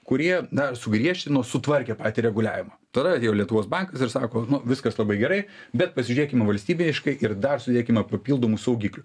kurie na sugriežtino sutvarkė patį reguliavimą tada atėjo lietuvos bankas ir sako viskas labai gerai bet pasižiūrėkim valstybiškai ir dar sudėkime papildomų saugiklių